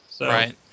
Right